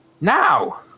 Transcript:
Now